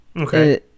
Okay